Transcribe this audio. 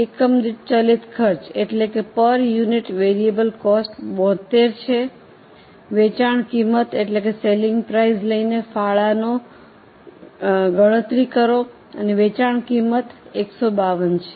એકમ દીઠ ચલિત ખર્ચ 72 છે વેચાણ કિંમત લઈને ફાળાનો ગણતરી કરો વેચાણ કિંમત 152 છે